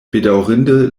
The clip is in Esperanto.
bedaŭrinde